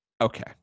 Okay